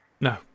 No